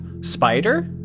Spider